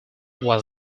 was